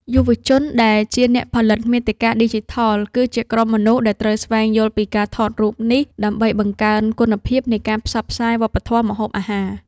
យុវជនដែលជា អ្នកផលិតមាតិកាឌីជីថល គឺជាក្រុមមនុស្សដែលត្រូវស្វែងយល់ពីការថតរូបនេះ ដើម្បីបង្កើនគុណភាពនៃការផ្សព្វផ្សាយវប្បធម៌ម្ហូបអាហារ។